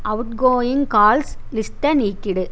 out going calls லிஸ்ட்டை நீக்கிவிடு